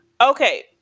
Okay